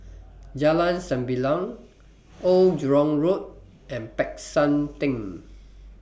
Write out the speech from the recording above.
Jalan Sembilang Old Jurong Road and Peck San Theng